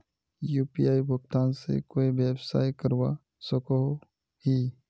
UPI भुगतान से कोई व्यवसाय करवा सकोहो ही?